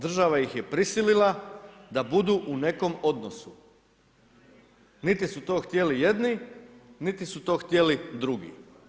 Država ih je prisilila da budu u nekom odnosu, niti su to htjeli jedni, niti su to htjeli drugi.